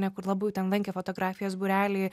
ar ne kur labiau ten lankė fotografijos būrelį